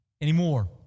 anymore